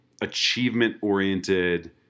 achievement-oriented